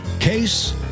Case